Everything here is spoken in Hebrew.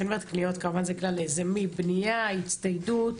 בניה, הצטיידות,